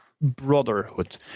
brotherhood